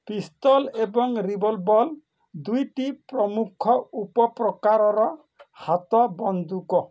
ପିସ୍ତଲ ଏବଂ ରିଭଲ୍ବଲ୍ ଦୁଇଟି ପ୍ରମୁଖ ଉପପ୍ରକାରର ହାତବନ୍ଧୁକ